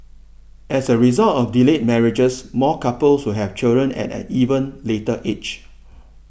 as a result of delayed marriages more couples will have children at an even later age